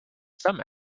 some